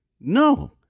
No